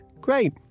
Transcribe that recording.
great